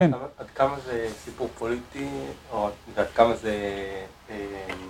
עד כמה זה סיפור פוליטי, או עד כמה זה...